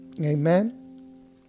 Amen